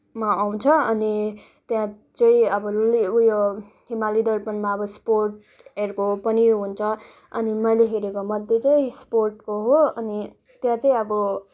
मा आउँछ अनि त्यहाँ चाहिँ अब ले उयो हिमालय दर्पणमा अब स्पोर्टहरूको पनि उयो हुन्छ मैले हेरेकोमध्ये चाहिँ स्पोर्टको हो अनि त्यहाँ चाहिँ अब